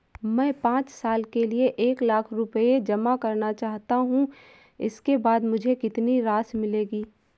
मैं पाँच साल के लिए एक लाख रूपए जमा करना चाहता हूँ इसके बाद मुझे कितनी राशि मिलेगी?